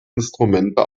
instrumente